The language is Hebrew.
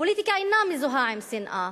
פוליטיקה אינה מזוהה עם שנאה,